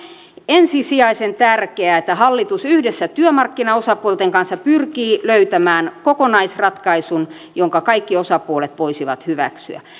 ensisijaisen tärkeää että hallitus yhdessä työmarkkinaosapuolten kanssa pyrkii löytämään kokonaisratkaisun jonka kaikki osapuolet voisivat hyväksyä